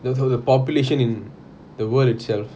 thoug~ population in the world itself